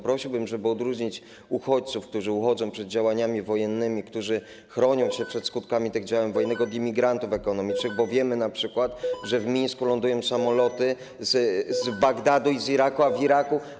Prosiłbym, żeby odróżnić uchodźców, którzy uchodzą przed działaniami wojennymi, którzy chronią się przed skutkami działań wojennych, od imigrantów ekonomicznych, bo wiemy, że np. w Mińsku lądują samoloty z Bagdadu, a w Iraku.